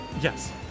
Yes